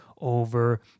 over